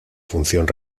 función